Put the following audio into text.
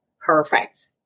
Perfect